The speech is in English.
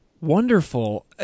Wonderful